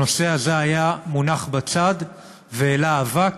הנושא הזה היה מונח בצד והעלה אבק,